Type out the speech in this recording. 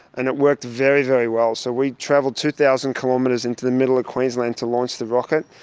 and it worked very, very well. so we travelled two thousand kilometres into the middle of queensland to launch the rocket.